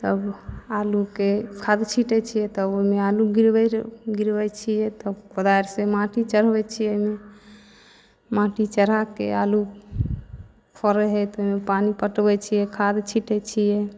तब आलूके फब छींटै छियै तब ओइमे आलू गिरबै गिरबै छियै तब कोदारिसँ माटि चढ़बै छियै माटि चढ़ाके आलू फरै है तऽ ओइमे पानि पटबै छियै खाद छींटै छियै